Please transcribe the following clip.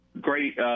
great